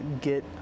get